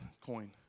coin